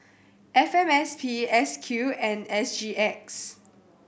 F M S P S Q and S G X